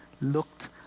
looked